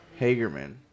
Hagerman